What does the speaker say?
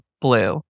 blue